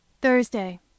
THURSDAY